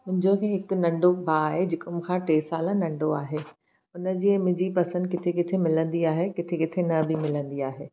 मुंहिंजो बि हिकु नंढो भाउ आहे जेको मूंखा टे साल नंढो आहे उन जी ऐं मुंहिंजी पसंदि किथे किथे मिलंदी आहे किथे किथे न बि मिलंदी आहे